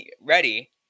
ready